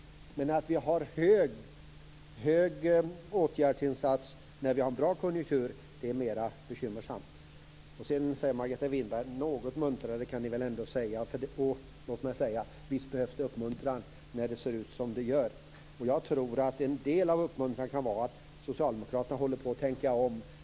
Men att det görs en stor åtgärdsinsats i en bra konjunktur är mera bekymmersamt. Sedan säger Margareta Winberg: Något muntrare kan vi väl ändå säga. Låt mig säga: Visst behövs det uppmuntran när det ser ut så det gör. Jag tror att en del av uppmuntran kan vara att socialdemokraterna håller på att tänka om.